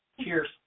Cheers